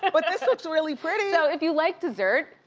but but this looks really pretty. so if you like dessert,